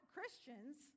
Christians